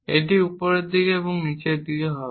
এটি উপরের দিকে এটি নীচের দিকে হবে